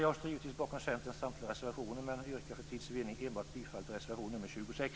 Jag står givetvis bakom Centerns samtliga reservationer men yrkar för tids vinnande bifall enbart till reservation nr 26.